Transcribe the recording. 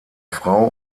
frau